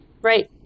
Right